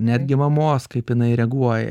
netgi mamos kaip jinai reaguoja